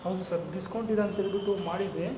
ಹೌದು ಸರ್ ಡಿಸ್ಕೌಂಟಿದೆ ಅಂತೇಳ್ಬಿಟ್ಟು ಮಾಡಿದ್ದೆ